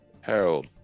Harold